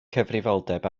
cyfrifoldeb